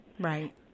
Right